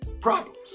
problems